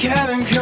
Kevin